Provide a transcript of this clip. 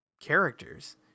characters